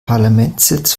parlamentssitz